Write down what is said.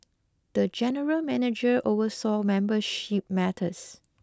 the general manager oversaw membership matters